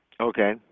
Okay